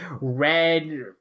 red